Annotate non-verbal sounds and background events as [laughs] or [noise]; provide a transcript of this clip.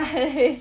[laughs]